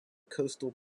coastal